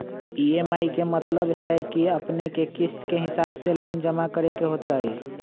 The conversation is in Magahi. ई.एम.आई के मतलब है कि अपने के किस्त के हिसाब से लोन जमा करे के होतेई?